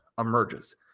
Emerges